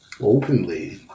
openly